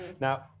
Now